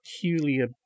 peculiar